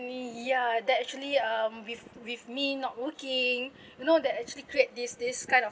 ya that actually um with with me not working you know that actually create this this kind of